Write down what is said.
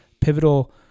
pivotal